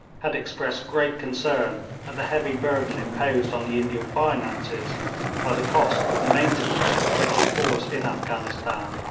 had expressed great concern at the heavy burden imposed on the indian finances by the cost of the maintenance of the british force in afghanistan,